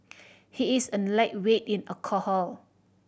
he is a lightweight in alcohol